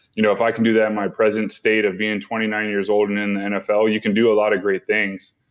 you know, if i can do that my present state of being twenty nine years old and in the nfl you can do a lot of great things.